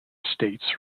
states